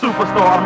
Superstar